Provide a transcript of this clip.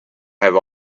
have